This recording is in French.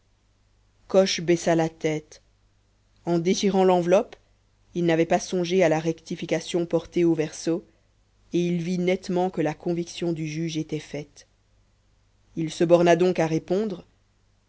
coche baissa la tête en déchirant l'enveloppe il n'avait pas songé à la rectification portée au verso et il vit nettement que la conviction du juge était faite il se borna donc à répondre